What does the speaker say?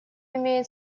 имеет